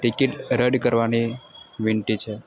ticket રદ કરવાની વિનંતી છે